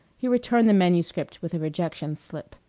he returned the manuscript with a rejection slip.